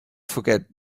forget